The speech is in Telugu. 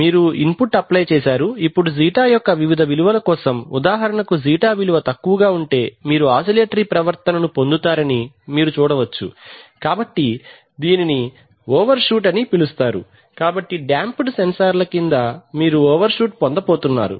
మీరు ఇన్పుట్ అప్లై చేశారు ఇప్పుడు జీటా యొక్క వివిధ విలువల కోసం ఉదాహరణకు జీటా విలువ తక్కువ ఉంటే మీరు ఆసిలేటరీ ప్రవర్తనను పొందుతారని మీరు చూడవచ్చు కాబట్టి దీనిని ఓవర్షూట్ అని పిలుస్తారు కాబట్టి డాంపెడ్ సెన్సార్ల కింద మీరు ఓవర్షూట్ పొందబోతున్నారు